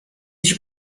ich